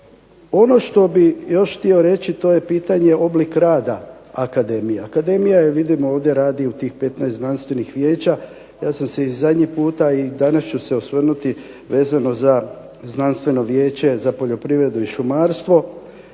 Ono što bi još htio reći to je pitanje oblika rada akademije. Akademija je, vidimo ovdje, radi u tih 15 znanstvenih vijeća. Ja sam se i zadnji puta i danas ću se osvrnuti vezano za znanstveno vijeće, za poljoprivredu i šumarstvo.